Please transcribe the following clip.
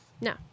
No